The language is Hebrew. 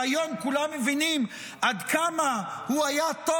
שהיום כולם מבינים עד כמה הוא היה טוב אל